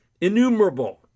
Innumerable